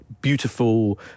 beautiful